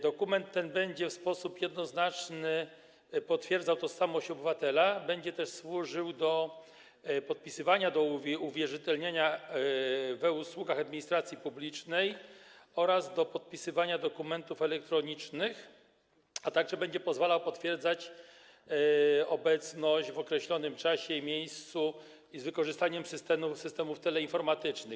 Dokument ten będzie w sposób jednoznaczny potwierdzał tożsamość obywatela, będzie też służył do podpisywania, do uwierzytelniania w e-usługach administracji publicznej oraz do podpisywania dokumentów elektronicznych, a także będzie pozwalał potwierdzać obecność w określonym czasie i miejscu z wykorzystaniem systemów teleinformatycznych.